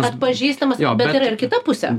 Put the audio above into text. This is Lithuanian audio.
atpažįstamas bet yra ir kita pusė